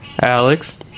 Alex